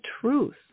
truth